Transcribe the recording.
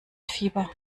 fieber